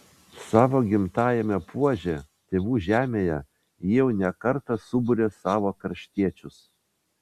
savo gimtajame puože tėvų žemėje ji jau ne kartą suburia savo kraštiečius